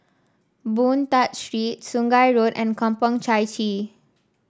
Boon Tat Street Sungei Road and Kampong Chai Chee